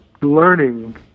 learning